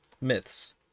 myths